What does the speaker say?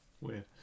weird